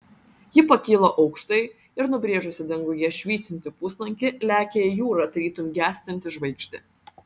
ji pakyla aukštai ir nubrėžusi danguje švytintį puslankį lekia į jūrą tarytum gęstanti žvaigždė